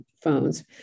Phones